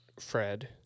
Fred